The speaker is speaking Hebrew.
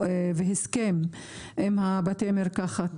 רישיון והסכם עם בתי המרקחת.